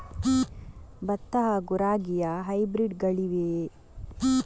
ಭತ್ತ ಹಾಗೂ ರಾಗಿಯ ಹೈಬ್ರಿಡ್ ಗಳಿವೆಯೇ?